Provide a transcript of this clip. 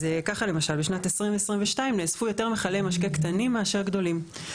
כך למשל בשנת 2022 נאספו יותר מכלי משקה קטנים מאשר גדולים.